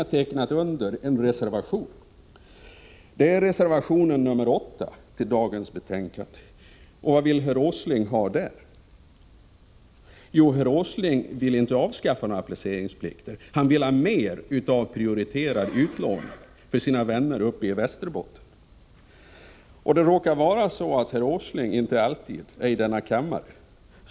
Han har undertecknat en reservation, reservation 8, till dagens betänkande. Vad vill herr Åsling med den? Jo, herr Åsling vill inte avskaffa några placeringsplikter, utan han vill ha mer av prioriterad utlåning för sina vänner uppe i Västerbotten. Det råkar vara så att herr Åsling inte alltid är i kammaren.